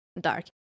dark